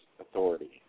authority